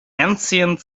ancient